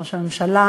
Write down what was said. ראש הממשלה,